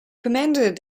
commended